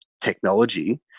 technology